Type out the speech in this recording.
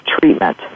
treatment